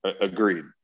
Agreed